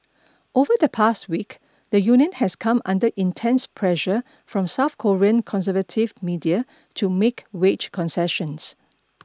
over the past week the union has come under intense pressure from South Korean conservative media to make wage concessions